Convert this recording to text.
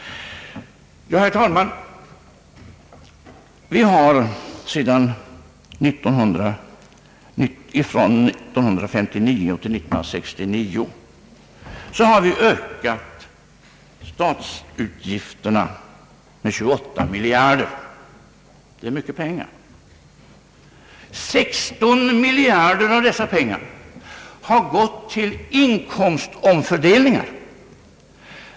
Herr talman! Vi har från 1959 till 1969 ökat statsutgifterna med 28 miljarder kronor. Det är mycket pengar. 16 miljarder därav har gått till inkomstomfördelningen.